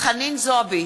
חנין זועבי,